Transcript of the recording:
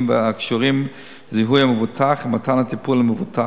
הקשורים לזיהוי המבוטח ומתן הטיפול למבוטח,